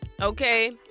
okay